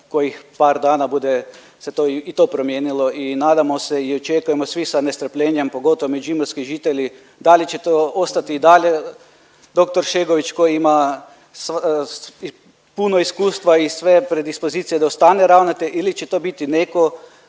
kojih par dana bude se to, i to promijenilo i nadamo se i očekujemo svi sa nestrpljenjem, pogotovo međimurski žitelji, da li će to ostati i dalje, dr. Šegović koji ima puno iskustva i sve predispozicije da ostane ravnatelj ili će to biti netko